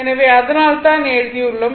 எனவே அதனால்தான் எழுதியுள்ளோம்